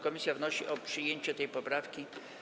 Komisja wnosi o przyjęcie tej poprawki.